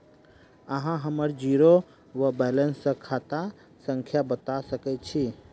अहाँ हम्मर जीरो वा बैलेंस केँ खाता संख्या बता सकैत छी?